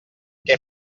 què